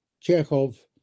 Chekhov